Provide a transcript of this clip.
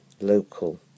local